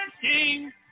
King